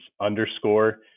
underscore